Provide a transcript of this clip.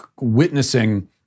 witnessing